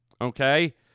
okay